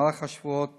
במהלך השבועות